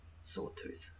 sawtooth